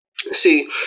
See